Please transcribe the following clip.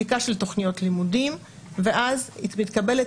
בדיקה של תכניות הלימודים ואז מתקבלת